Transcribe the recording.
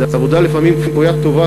זו עבודה לפעמים כפוית טובה,